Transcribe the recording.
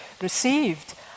received